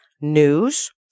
news